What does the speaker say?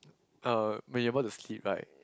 uh be able to sleep like